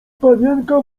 panienka